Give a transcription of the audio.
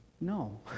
No